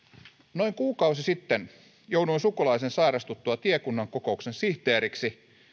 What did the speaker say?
noin kuukausi sitten jouduin sukulaisen sairastuttua tiekunnan kokouksen sihteeriksi